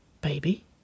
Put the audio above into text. Baby